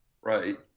Right